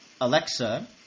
Alexa